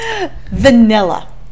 Vanilla